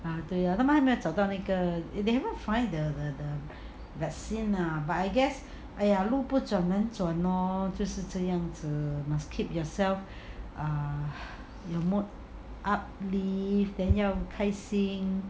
ah 对 ah 他们还没有找到那个 they haven't find the vaccine lah but I guess !aiya! 路不怎么转 hor 就是这样子 must keep yourself err the mood up leave then 要开心